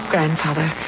Grandfather